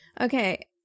Okay